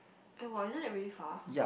and !wah! isn't that really far